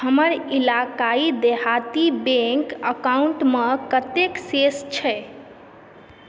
हमर इलाकाइ देहाती बैंक अकाउन्टमे कतेक शेष छै